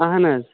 اَہَن حظ